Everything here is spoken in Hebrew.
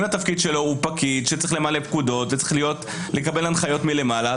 אם הרב הוא פקיד שצריך למלא פקודות וצריך לקבל הנחיות מלמעלה,